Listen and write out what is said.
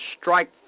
strike